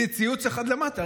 עשיתי ציוץ אחד למטה,